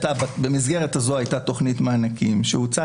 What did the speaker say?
במסגרת הזו הייתה תוכנית מענקים שהוצעה